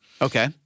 Okay